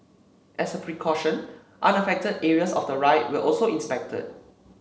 as a precaution unaffected areas of the ride were also inspected